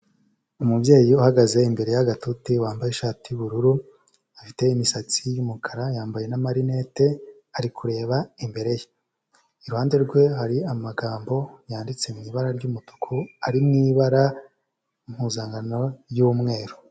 Umubyeyi uhagaze imbere y'agatuti, wambaye ishati y'ubururu, afite imisatsi y'umukara, yambaye n'amarinete ari kureba imbere ye, iruhande rwe hari amagambo yanditse mu ibara ry'umutuku ari mu ibara, impuzankano y'umweru.